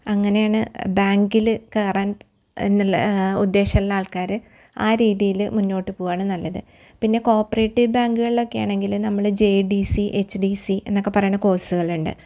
അങ്ങനെയാണ് ബാങ്കിൽ കയറാന് എന്നുള്ള ഉദ്ദേശമുള്ള ആള്ക്കാർ ആ രീതീൽ മുന്നോട്ട് പോവാണ് നല്ലത് പിന്നെ കോപ്രേറ്റീവ് ബാങ്ക്കൾലൊക്കെ ആണെങ്കിൽ നമ്മൾ J D C H D C എന്നൊക്കെ പറയണ കോഴ്സ്സ്കളുണ്ട്